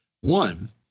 One